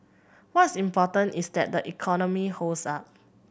what's important is that the economy holds up